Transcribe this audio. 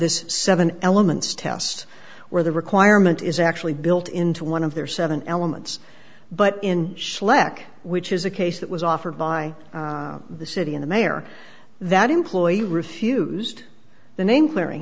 this seven elements test where the requirement is actually built into one of their seven elements but in slack which is a case that was offered by the city and the mayor that employee refused the name clearing